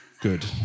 Good